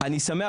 אני שמח,